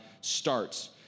starts